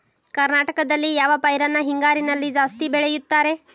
ಕರ್ನಾಟಕದಲ್ಲಿ ಯಾವ ಪೈರನ್ನು ಹಿಂಗಾರಿನಲ್ಲಿ ಜಾಸ್ತಿ ಬೆಳೆಯುತ್ತಾರೆ?